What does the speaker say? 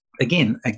again